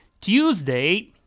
Tuesday